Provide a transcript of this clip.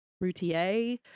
Routier